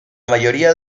mayoría